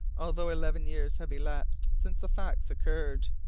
although eleven years have elapsed since the facts occurred,